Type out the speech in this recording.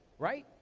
right?